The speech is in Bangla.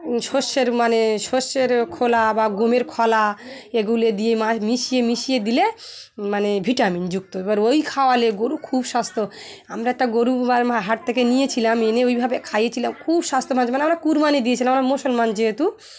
শস্যের মানে শস্যের খোলা বা গমের খোলা এগুলো দিয়ে মাছ মিশিয়ে মিশিয়ে দিলে মানে ভিটামিন যুক্ত এবার ওই খাওয়ালে গরু খুব স্বাস্থ্য আমরা একটা গরু বার হাট থেকে নিয়েছিলাম এনে ওইভাবে খাইয়েছিলাম খুব স্বাস্থ্য মাছ মানে আমরা কুরবানি দিয়েছিলাম আমরা মুসলমান যেহেতু